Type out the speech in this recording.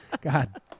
God